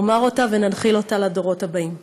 נאמר אותה וננחיל אותה לדורות הבאים.